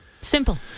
Simple